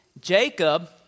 Jacob